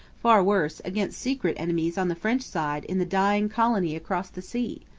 far worse, against secret enemies on the french side in the dying colony across the sea!